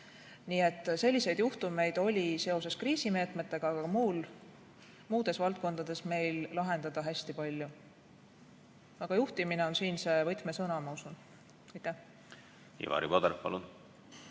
Nii et selliseid juhtumeid oli seoses kriisimeetmetega ka muudes valdkondades meil lahendada hästi palju. Aga juhtimine on siin see võtmesõna, ma usun. Ivari Padar, palun!